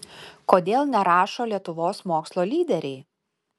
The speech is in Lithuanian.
kodėl nerašo lietuvos mokslo lyderiai